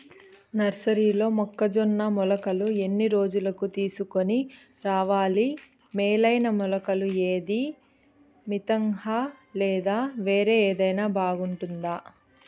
నర్సరీలో మొక్కజొన్న మొలకలు ఎన్ని రోజులకు తీసుకొని రావాలి మేలైన మొలకలు ఏదీ? మితంహ లేదా వేరే ఏదైనా బాగుంటుందా?